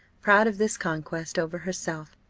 proud of this conquest over herself,